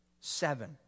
Seven